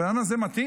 הבן אדם הזה מתאים?